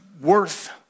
worth